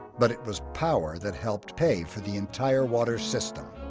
but it was power that helped pay for the entire water system.